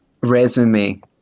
Resume